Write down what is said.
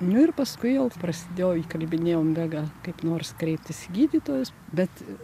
nu ir paskui jau prasidėjo įkalbinėjom vegą kaip nors kreiptis į gydytojus bet